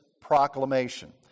proclamation